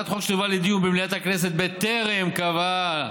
הצעת חוק שתובא לדיון במליאת הכנסת בטרם קבעה